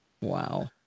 Wow